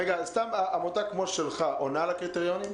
עמותה כמו שלך עונה על הקריטריונים?